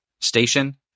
station